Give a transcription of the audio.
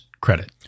credit